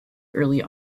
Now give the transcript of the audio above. early